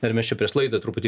dar mes čia prieš laidą truputį